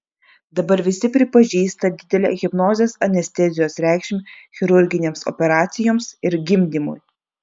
dabar visi pripažįsta didelę hipnozės anestezijos reikšmę chirurginėms operacijoms ir gimdymui